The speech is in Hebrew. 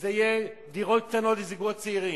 שזה יהיה דירות קטנות לזוגות צעירים.